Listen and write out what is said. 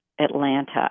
Atlanta